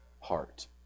heart